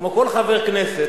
כמו כל חבר כנסת,